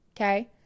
Okay